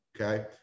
okay